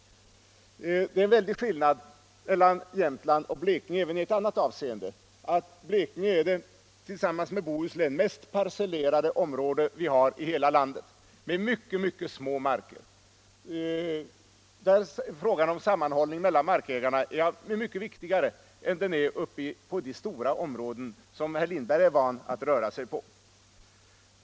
Det är en väldig skillnad mellan Jämtland och Blekinge i flera men även i ett speciellt avseende. Blekinge är tillsammans med Bohuslän det mest parcellerade området i hela landet med mycket små marker. Där blir frågan om sammanhållning mellan markägarna mycket viktigare än den är i de stora områden som herr Lindberg är van att röra sig på.